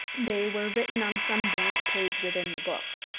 they were written on some blank page within the book.